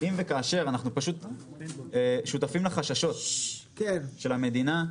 אנחנו שותפים לחששות של המדינה,